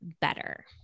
better